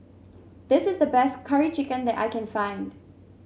this is the best Curry Chicken that I can find